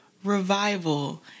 Revival